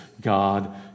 God